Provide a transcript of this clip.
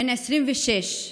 בן 26,